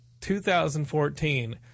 2014